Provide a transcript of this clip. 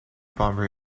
bomber